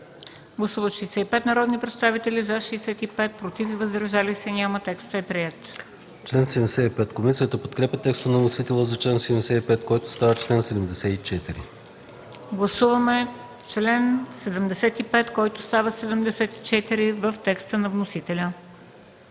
Гласуваме чл. 75, който става чл. 74, по текста на вносителя.